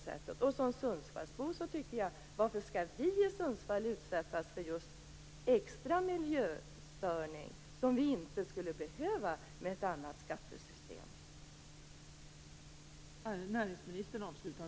Som Sundsvallsbo undrar jag: Varför skall just vi i Sundsvall utsättas för en extra miljöstörning som vi inte skulle behöva med ett annat skattesystem?